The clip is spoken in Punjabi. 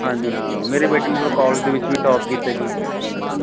ਹਾਂਜੀ ਹਾਂ ਮੇਰੀ ਬੇਟੀ ਨੇ ਜਦੋਂ ਕੋਲਜ ਦੇ ਵਿੱਚ ਵੀ ਟੋਪ ਕੀਤਾ ਜੀ ਹਾਂਜੀ